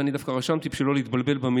ואני דווקא רשמתי בשביל לא להתבלבל במילים: